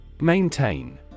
Maintain